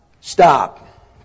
stop